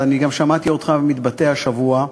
ואני גם שמעתי אותך מתבטא השבוע,